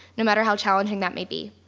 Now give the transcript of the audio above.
no matter how challenging that may be.